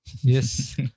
Yes